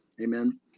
Amen